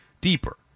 deeper